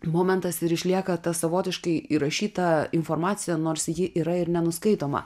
momentas ir išlieka ta savotiškai įrašyta informacija nors ji yra ir nenuskaitoma